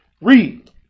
Read